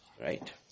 right